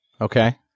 okay